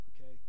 okay